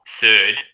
third